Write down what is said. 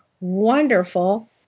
wonderful